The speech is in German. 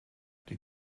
die